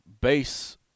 base